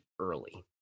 early